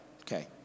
okay